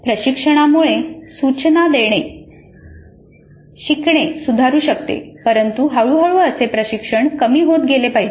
प्रशिक्षणामुळे शिकणे सुधारू शकते परंतु हळूहळू असे प्रशिक्षण कमी होत गेले पाहिजे